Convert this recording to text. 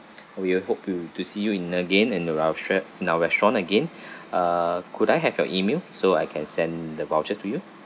we will hope you to see you in again in our restaura~ in our restaurant again ah could I have your email so I can send the vouchers to you